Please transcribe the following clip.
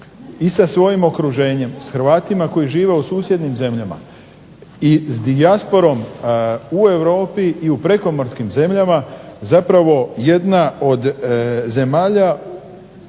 i sa svojim okruženjem, s Hrvatima koji žive u susjednim zemljama i s dijasporom u Europi i u prekomorskim zemljama zapravo jedna od zemalja,